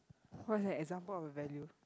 what is an example of a value